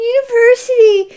University